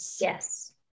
yes